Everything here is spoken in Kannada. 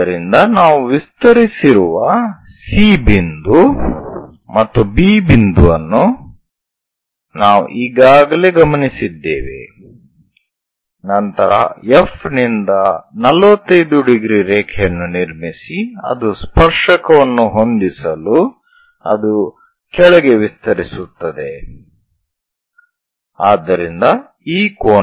ಆದ್ದರಿಂದ ನಾವು ವಿಸ್ತರಿಸಿರುವ C ಬಿಂದು ಮತ್ತು B ಬಿಂದುವನ್ನು ನಾವು ಈಗಾಗಲೇ ಗಮನಿಸಿದ್ದೇವೆ ನಂತರ F ನಿಂದ 45 ° ರೇಖೆಯನ್ನು ನಿರ್ಮಿಸಿ ಅದು ಸ್ಪರ್ಶಕವನ್ನು ಹೊಂದಿಸಲು ಅದು ಕೆಳಗೆ ವಿಸ್ತರಿಸುತ್ತದೆ ಆದ್ದರಿಂದ ಈ ಕೋನವು 45 °